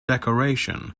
decoration